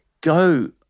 go